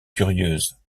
curieuse